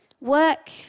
work